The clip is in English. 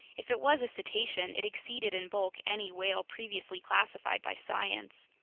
if it was a cetacean, it exceeded in bulk any whale previously classified by science.